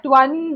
one